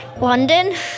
London